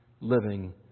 living